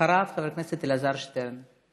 אחריו, חבר הכנסת אלעזר שטרן.